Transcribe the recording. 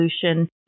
solution